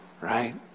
right